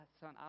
son